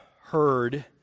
heard